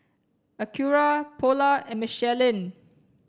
Acura Polar and Michelin